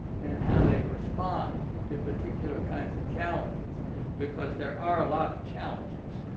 and how they respond to particular kinds of challenges because there are a lot of challenges.